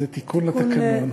זה תיקון לתקנון.